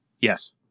Yes